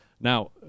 Now